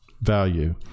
value